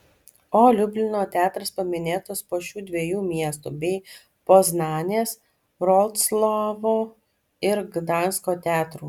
o liublino teatras paminėtas po šių dviejų miestų bei poznanės vroclavo ir gdansko teatrų